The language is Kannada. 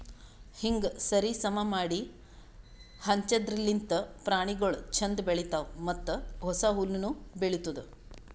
ಹೀಂಗ್ ಸರಿ ಸಮಾ ಮಾಡಿ ಹಂಚದಿರ್ಲಿಂತ್ ಪ್ರಾಣಿಗೊಳ್ ಛಂದ್ ಬೆಳಿತಾವ್ ಮತ್ತ ಹೊಸ ಹುಲ್ಲುನು ಬೆಳಿತ್ತುದ್